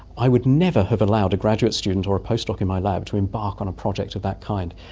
i would never have allowed a graduate student or a post doc in my lab to embark on a project of that kind,